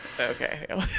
okay